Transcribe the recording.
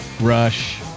Rush